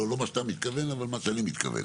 לא מה שאתה מתכוון אבל מה שאני מתכוון.